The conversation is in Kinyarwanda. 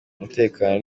umutekano